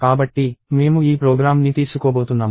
కాబట్టి మేము ఈ ప్రోగ్రామ్ని తీసుకోబోతున్నాము